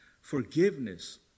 forgiveness